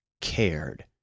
cared